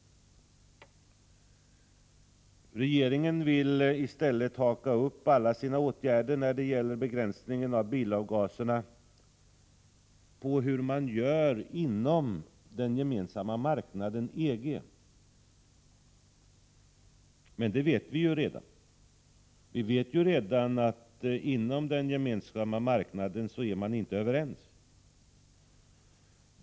Regeringen vill haka upp alla sina åtgärder när det gäller begränsningen av bilavgaserna på hur man gör inom den gemensamma marknaden, EG. Men det vet vi ju redan. Vi vet att man inom den gemensamma marknaden inte är överens.